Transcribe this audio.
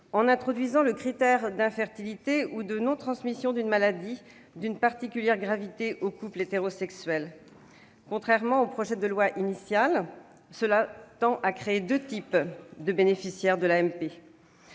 en introduisant le critère d'infertilité ou de non-transmission d'une maladie d'une particulière gravité aux couples hétérosexuels. Contrairement au projet de loi initial, cela tend à créer deux types de bénéficiaires de l'AMP.